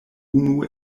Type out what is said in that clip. unu